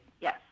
Yes